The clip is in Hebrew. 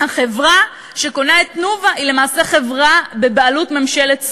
החברה שקונה את "תנובה" היא חברה בבעלות ממשלת סין.